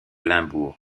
limbourg